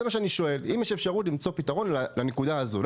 זה מה שאני שואל: האם יש אפשרות למצוא פתרון לנקודה הזו?